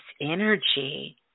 energy